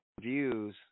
views